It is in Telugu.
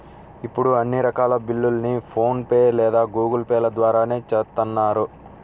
ఇప్పుడు అన్ని రకాల బిల్లుల్ని ఫోన్ పే లేదా గూగుల్ పే ల ద్వారానే చేత్తన్నారు